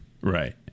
right